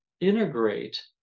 integrate